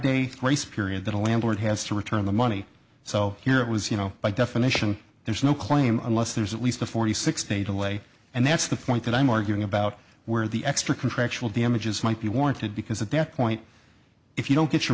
day grace period that a landlord has to return the money so here it was you know by definition there's no claim unless there's at least a forty six day delay and that's the point that i'm arguing about where the extra contractual damages might be warranted because the death point if you don't get your